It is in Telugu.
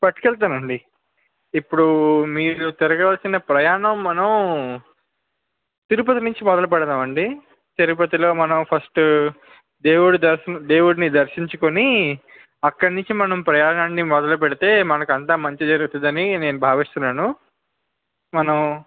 పట్టుకువెళ్తాను అండి ఇప్పుడు మీరు తిరగవలసిన ప్రయాణం మనం తిరుపతి నుంచి మొదలు పెడతాము అండి తిరుపతిలో మనం ఫస్ట్ దేవుడు దర్శనం దేవుడిని దర్శించుకుని అక్కడ నుంచి మనం ప్రయాణాన్ని మొదలు పెడితే మనకి అంతా మంచి జరుగుతుంది అని నేను భావిస్తున్నాను మనం